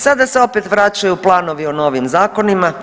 Sada se opet vraćaju planovi o novim zakonima.